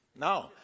No